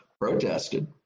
protested